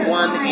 one